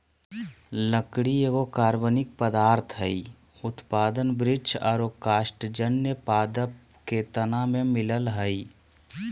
लकड़ी एगो कार्बनिक पदार्थ हई, उत्पादन वृक्ष आरो कास्टजन्य पादप के तना में मिलअ हई